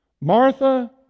Martha